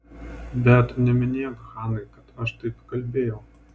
bet neminėk hanai kad aš taip kalbėjau